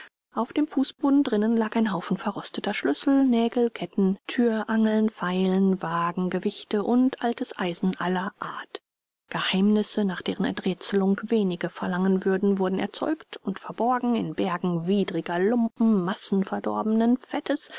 auf dem fußboden drinnen lag ein haufen verrosteter schlüssel nägel ketten thürangeln feilen wagen gewichte und altes eisen aller art geheimnisse nach deren enträtselung wenige verlangen würden wurden erzeugt und verborgen in bergen widriger lumpen massen verdorbenen fettes